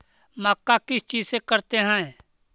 मक्का किस चीज से करते हैं?